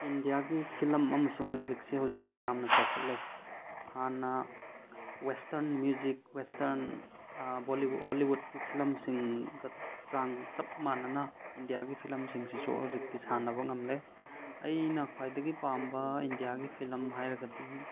ꯏꯟꯗꯤꯌꯥꯒꯤ ꯐꯤꯂꯝ ꯑꯃꯁꯨꯡ ꯃꯤꯎꯖꯤꯛꯁꯦ ꯍꯧꯖꯤꯛꯇꯤ ꯌꯥꯝꯅ ꯆꯥꯎꯈꯠꯂꯦ ꯍꯥꯟꯅ ꯋꯦꯁꯇꯔꯟ ꯃꯤꯎꯖꯤꯛ ꯋꯦꯁꯇꯔꯟ ꯕꯣꯂꯤꯋꯨꯠ ꯍꯣꯂꯤꯋꯨꯗꯀꯤ ꯐꯤꯂꯝꯁꯤꯡ ꯆꯥꯡ ꯆꯞ ꯃꯥꯟꯅꯅ ꯏꯟꯗꯤꯌꯥꯒꯤ ꯐꯤꯂꯝꯁꯤꯡꯁꯤꯁꯨ ꯍꯧꯖꯤꯛꯇꯤ ꯁꯥꯟꯅꯕ ꯉꯝꯂꯦ ꯑꯩꯅ ꯈ꯭ꯋꯥꯏꯗꯒꯤ ꯄꯥꯝꯕ ꯏꯟꯗꯤꯌꯥꯒꯤ ꯐꯤꯂꯝ ꯍꯥꯏꯔꯒꯗꯤ